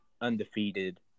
undefeated